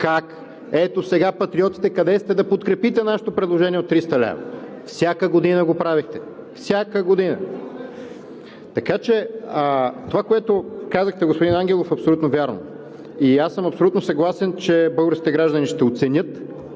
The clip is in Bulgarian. как: „Ето, сега Патриотите къде сте, да подкрепите нашето предложение от 300 лв.?“ Всяка година го правехте. Всяка година! Така че това, което казахте, господин Ангелов, е абсолютно вярно, и аз съм абсолютно съгласен, че българските граждани ще оценят